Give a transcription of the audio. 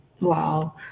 Wow